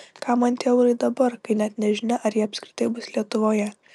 kam man tie eurai dabar kai net nežinia ar jie apskritai bus lietuvoje